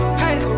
hey